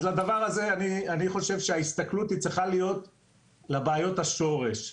אני חושב שההסתכלות היא צריכה להיות לבעיות השורש,